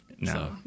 No